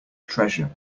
treasure